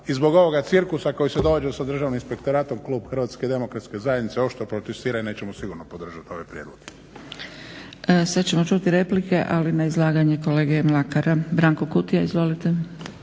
i zbog ovoga cirkusa koji se događa sa Državnim inspektoratom klub HDZ-a oštro protestira i nećemo sigurno podržat ove prijedloge. **Zgrebec, Dragica (SDP)** Sad ćemo čuti replike, ali na izlaganje kolege Mlakara. Branko Kutija, izvolite.